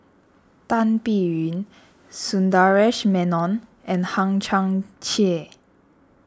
Tan Biyun Sundaresh Menon and Hang Chang Chieh